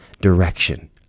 direction